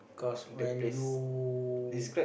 cause when you